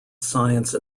science